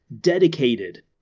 dedicated